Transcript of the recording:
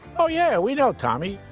oh, yeah, we know tommy.